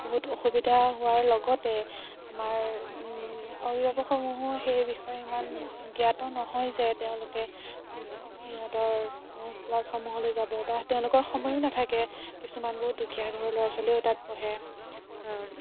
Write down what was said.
বহুত অসুবিধা হোৱাৰ লগতে আমাৰ অভিভাৱক সমূহো সেই বিষয়ে ইমান জ্ঞাত নহয় যে তেওঁলোকে সিহঁতৰ ক্লাছসমূহলৈ যাব বা তেওঁলোকৰ সময়ো নাথাকে কিছুমান বহুত দুখীয়া ঘৰৰ ল'ৰা ছোৱালীও তাত পঢ়ে